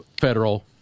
federal